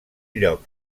lloc